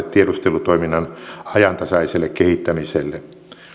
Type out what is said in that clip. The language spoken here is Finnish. tiedustelutoiminnan ajantasaiselle kehittämiselle